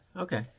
Okay